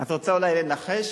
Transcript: את רוצה אולי לנחש?